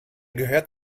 gehört